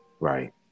right